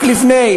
רק לפני